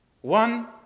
One